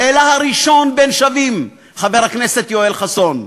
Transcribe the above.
אלא הראשון בין שווים, חבר הכנסת יואל חסון.